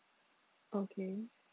okay